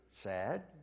sad